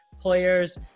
players